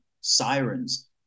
sirens